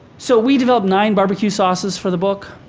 so we developed nine barbecue sauces for the book.